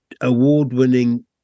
award-winning